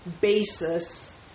basis